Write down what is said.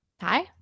Hi